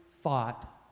thought